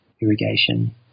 irrigation